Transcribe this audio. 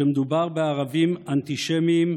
שמדובר בערבים אנטישמים,